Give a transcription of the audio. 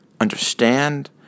understand